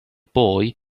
boy